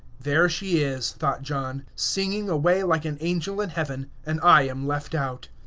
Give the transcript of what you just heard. there she is, thought john, singing away like an angel in heaven, and i am left out.